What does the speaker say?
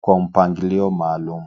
kwa mpangilio maalum.